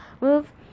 move